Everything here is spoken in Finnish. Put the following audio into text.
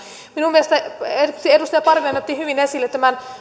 minun mielestäni edustaja parviainen otti hyvin esille